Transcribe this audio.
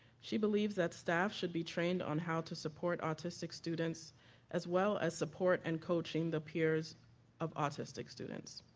she believes that staff should be trained on how to support autistic students as well as support and coaching the peers of autistic students.